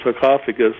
sarcophagus